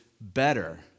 better